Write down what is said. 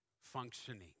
functioning